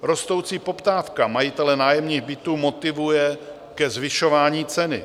Rostoucí poptávka majitele nájemních bytů motivuje ke zvyšování ceny.